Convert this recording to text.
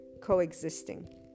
coexisting